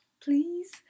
Please